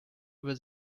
über